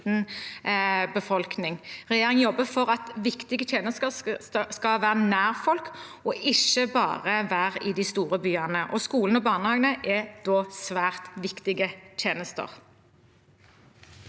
befolkning. Regjeringen jobber for at viktige tjenester skal være nær folk, ikke bare være i de store byene, og skolene og barnehagene er da svært viktige tjenester.